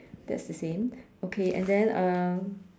that's the same okay and then um